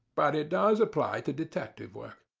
but it does apply to detective work.